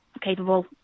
capable